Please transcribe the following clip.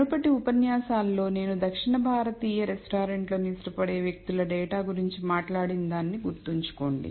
మునుపటి ఉపన్యాసాలలో నేను దక్షిణ భారతీయ రెస్టారెంట్లను ఇష్టపడే వ్యక్తుల డేటా గురించి మాట్లాడిన దానిని గుర్తుంచుకోండి